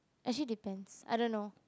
actually depends I don't know